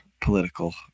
political